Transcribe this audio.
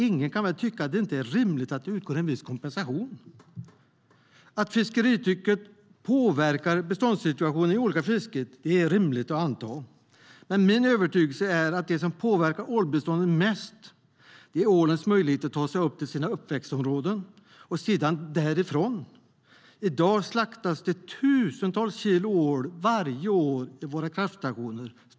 Ingen kan väl tycka att det är orimligt att det utgår en viss kompensation. Att fisketrycket påverkar beståndssituationen i olika fisken är rimligt att anta. Men min övertygelse är att det som påverkar ålbeståndet mest är ålens möjlighet att ta sig till sina uppväxtområden och sedan därifrån. I dag slaktas det tusentals kilo ål - stora som små ålar - varje år vid våra kraftstationer.